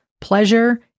pleasure